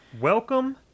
Welcome